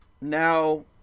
Now